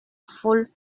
foule